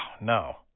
no